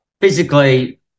Physically